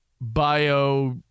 bio